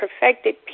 perfected